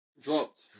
dropped